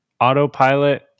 Autopilot